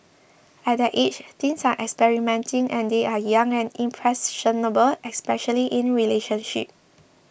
at that age teens are experimenting and they are young and impressionable especially in relationships